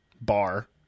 bar